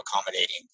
accommodating